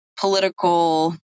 political